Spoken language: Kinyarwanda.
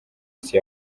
isi